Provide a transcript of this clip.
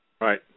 Right